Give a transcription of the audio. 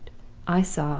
i saw,